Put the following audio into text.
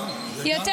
גם, גם זה נכון.